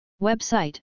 Website